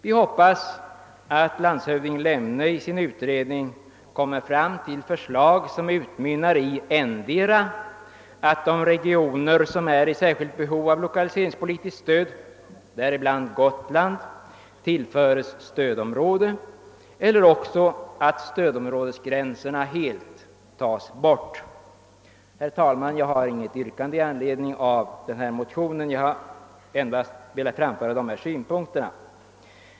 Vi hoppas att landshövding Lemne i sin utredning kommer fram till förslag som utmynnar i antingen att de regioner som är i särskilt behov av lokaliseringspolitiskt stöd — däribland Gotland — tillföres stödområde eller också att stödområdesgränserna helt tas bort. Herr talman! Jag har inget yrkande med anledning av den av mig berörda motionen. Jag har endast velat anföra dessa synpunkter.